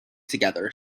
together